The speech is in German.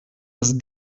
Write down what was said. dass